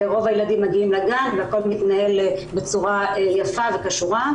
רוב הילדים מגיעים לגן והכול מתנהל בצורה יפה וכשורה.